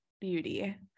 beauty